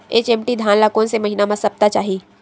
HMT धान ल कोन से महिना म सप्ता चाही?